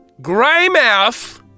Greymouth